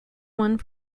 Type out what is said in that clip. one